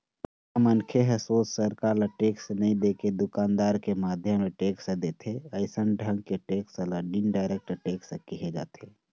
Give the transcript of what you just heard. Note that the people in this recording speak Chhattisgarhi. जेमा मनखे ह सोझ सरकार ल टेक्स नई देके दुकानदार के माध्यम ले टेक्स देथे अइसन ढंग के टेक्स ल इनडायरेक्ट टेक्स केहे जाथे